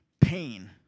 pain